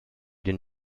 den